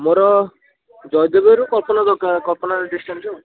ମୋର ଜୟଦେବ ବିହାରରୁ କଳ୍ପନା ଦରକାର କଳ୍ପନା ଡିଷ୍ଟାନ୍ସ ଆଉ